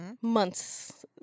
months